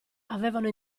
avevano